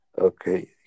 okay